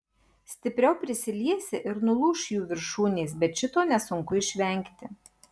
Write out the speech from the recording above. stipriau prisiliesi ir nulūš jų viršūnės bet šito nesunku išvengti